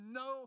no